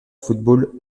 football